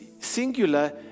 Singular